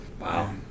Wow